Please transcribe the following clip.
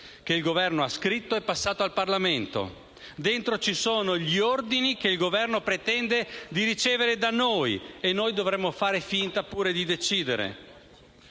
che il Governo ha scritto e passato al Parlamento. Dentro ci sono gli ordini che il Governo pretende di ricevere da noi. E noi dovremmo anche far finta di decidere.